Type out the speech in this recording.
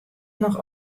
noch